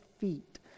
feet